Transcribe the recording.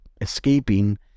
escaping